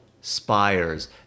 spires